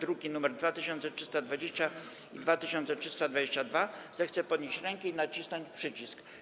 druki nr 2320 i 2322, zechce podnieść rękę i nacisnąć przycisk.